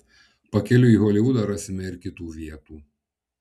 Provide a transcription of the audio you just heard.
pakeliui į holivudą rasime ir kitų vietų